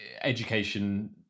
education